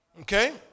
Okay